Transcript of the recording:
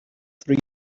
three